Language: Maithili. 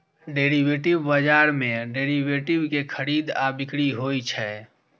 डेरिवेटिव बाजार मे डेरिवेटिव के खरीद आ बिक्री होइ छै